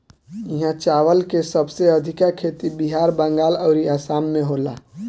इहा चावल के सबसे अधिका खेती बिहार, बंगाल अउरी आसाम में होला